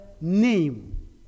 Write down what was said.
name